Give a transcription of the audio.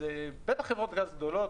בטח חברות גז גדולות,